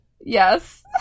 Yes